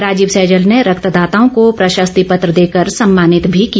राजीव सैजल ने रक्तदाताओं को प्रशस्ति पत्र देकर सम्मानित भी किया